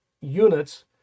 units